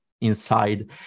inside